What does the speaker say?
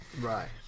Right